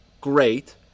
great